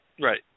Right